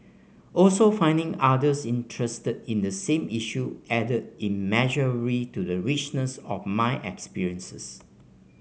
also finding others interested in the same issue added immeasurably to the richness of my experiences